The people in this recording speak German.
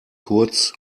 kurz